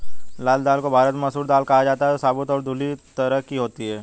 लाल दाल को भारत में मसूर दाल कहा जाता है और साबूत और धुली दो तरह की होती है